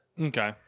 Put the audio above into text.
Okay